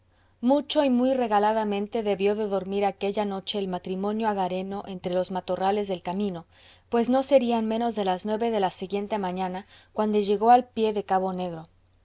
mucho y muy regaladamente debió de dormir aquella noche el matrimonio agareno entre los matorrales del camino pues no serían menos de las nueve de la siguiente mañana cuando llegó al pie de